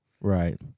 Right